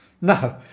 No